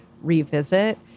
revisit